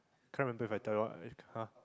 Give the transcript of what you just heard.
can't remember if I tell you what